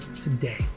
today